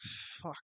fuck